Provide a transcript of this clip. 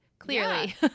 Clearly